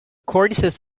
cornices